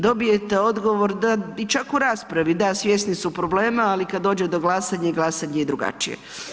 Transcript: Dobijete odgovor, da i čak u raspravi da svjesni su problema, ali kad dođe do glasanja, glasanje je drugačije.